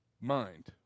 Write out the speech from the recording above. mind